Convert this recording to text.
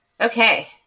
okay